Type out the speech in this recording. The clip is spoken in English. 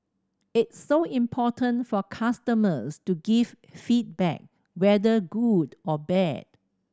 it's so important for customers to give feedback whether good or bad